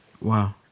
Wow